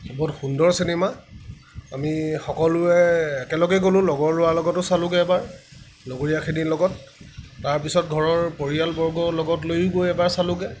বহুত সুন্দৰ চিনেমা আমি সকলোৱে একেলগে গলোঁ লগৰ ল'ৰাৰ লগতো চালোঁগৈ এবাৰ লগৰীয়াখিনিৰ লগত তাৰপিছত ঘৰৰ পৰিয়াল বৰ্গ লগত লৈয়ো গৈ এবাৰ চালোঁগৈ